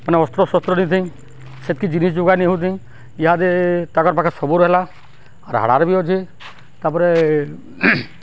ମାନେ ଅସ୍ତ୍ର ଶସ୍ତ୍ର ନେଇଥାଇ ସେତ୍କି ଜିନିଷ୍ ଯୋଗାନି ହଉଥାଇ ଇହାଦେ ତାକର୍ ପାଖେ ସବୁ ରହେଲା ଆର୍ ଆର୍ ବି ଅଛେ ତାପରେ